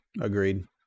agreed